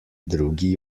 drugi